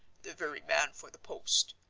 the very man for the post.